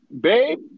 Babe